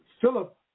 Philip